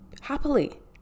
happily